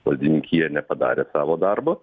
valdininkija nepadarė savo darbo